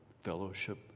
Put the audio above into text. fellowship